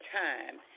time